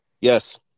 Yes